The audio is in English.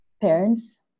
parents